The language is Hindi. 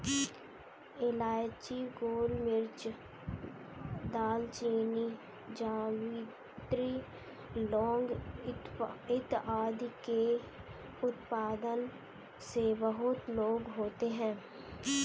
इलायची, गोलमिर्च, दालचीनी, जावित्री, लौंग इत्यादि के उत्पादन से बहुत लाभ होता है